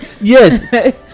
Yes